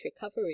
recovery